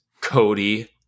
Cody